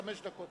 חברי הכנסת,